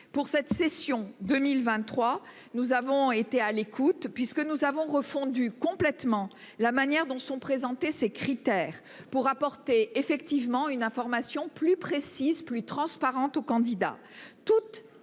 Pour cette session 2023, nous avons été à l'écoute, puisque nous avons refondu complètement la manière dont sont présentés ces critères pour apporter effectivement une information plus précise plus transparente au candidat